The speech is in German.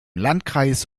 landkreis